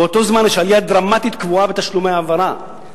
באותו זמן יש עלייה דרמטית קבועה בתשלומי ההעברה.